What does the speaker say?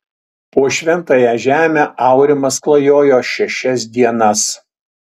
po šventąją žemę aurimas klajojo šešias dienas